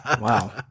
wow